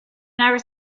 never